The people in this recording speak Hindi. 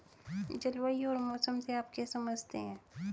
जलवायु और मौसम से आप क्या समझते हैं?